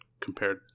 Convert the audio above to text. compared